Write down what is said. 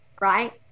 right